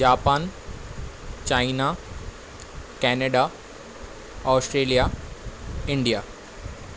Japan China Canada Australia India